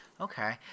Okay